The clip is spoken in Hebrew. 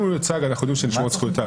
אם הוא מיוצג, אנחנו יודעים שנשמרות זכויותיו.